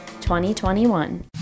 2021